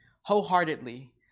wholeheartedly